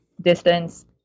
distance